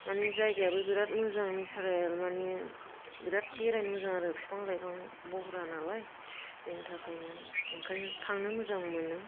माने जायगायाबो बिराद मोजां नेसारेल माने बिराद बेरायनो मोजां आरो बिफां लाइफां बह्रा नालाय बेनि थाखायनो ओंखायनो थांनो मोजां मोनो